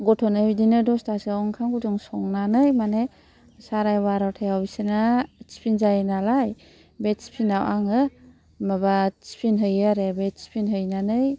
गथ'नो बिदिनो दस्थासोयाव ओंखाम गुदुं संनानै माने साराय बार'थायाव बिसोरना थिफिन जायो नालाय बे थिफिनाव आङो माबा थिफिन हैयो आरो बे थिफिन हैनानै